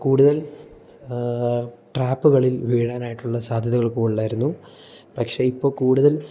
കൂടുതൽ ട്രാപ്പുകളിൽ വീഴാനായിട്ടുള്ള സാധ്യതകൾ കൂടുതലായിരുന്നു പക്ഷേ ഇപ്പോൾ കൂടുതൽ